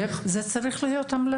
זו צריכה להיות המלצה.